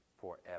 forever